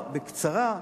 רק לומר בקצרה,